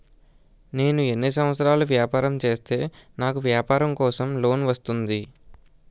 నేను ఎన్ని సంవత్సరాలు వ్యాపారం చేస్తే నాకు వ్యాపారం కోసం లోన్ వస్తుంది?